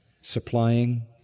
supplying